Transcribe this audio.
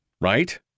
right